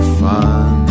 fun